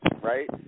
right